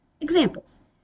Examples